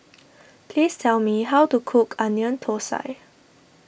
please tell me how to cook Onion Thosai